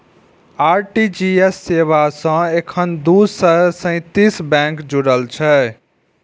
RTGS सेवा सं एखन दू सय सैंतीस बैंक जुड़ल छै